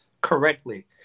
correctly